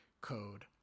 code